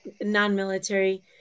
non-military